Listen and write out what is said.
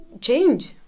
change